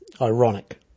ironic